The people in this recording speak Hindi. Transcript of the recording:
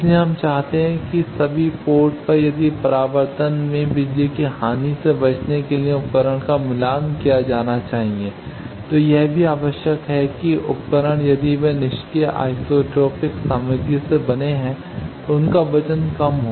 इसलिए हम चाहते हैं कि सभी पोर्ट पर यदि परावर्तन में बिजली की हानि से बचने के लिए उपकरण का मिलान किया जाना चाहिए तो यह भी आवश्यक है कि ये उपकरण यदि वे निष्क्रिय आइसोट्रोपिक सामग्री से बने हैं तो उनका वजन कम हो